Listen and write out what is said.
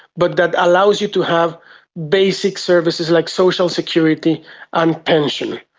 but that allows you to have basic services like social security and pension,